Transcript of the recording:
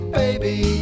baby